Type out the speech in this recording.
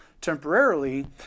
temporarily